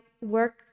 work